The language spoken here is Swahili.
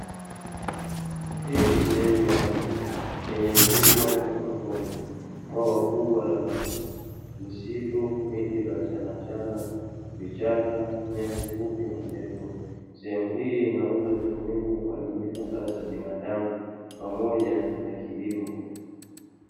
Hii ni sehemu ya ardhi yenye milima na mabonde, bwawa kubwa la maji, misitu, miti iliyoachana achana, vichaka, nyasi fupi na ndefu. Sehemu hii inaweza kutumika kwa ajili ya makazi ya binadamu pamoja na kilimo.